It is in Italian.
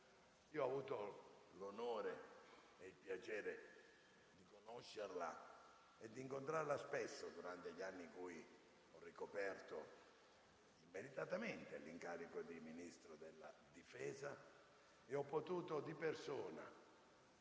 Io ho avuto l'onore e il piacere di conoscerla e di incontrarla spesso durante gli anni in cui ho ricoperto immeritatamente l'incarico di Ministro della difesa. Ho potuto di persona